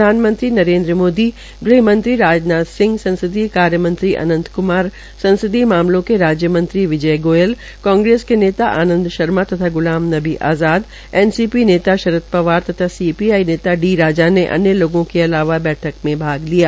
प्रधानमंत्री नरेन्द्र मोदी गृहमंत्री राजनाथ सिंह संसदीय कार्य मंत्री अनन्थ कुमार संसदीय मामलों के राज्य मंत्री विजय गोयल कांग्रेस के नेता आनदं शर्मा तथा ग्लाम नबी आज़ाद एनसीपी नेता शरद पवार तथा सीपीआई नेता डी राजा ने अन्य लोगों के अलावा बैठक में भाग लिया